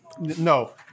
no